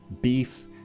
Beef